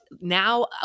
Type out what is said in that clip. Now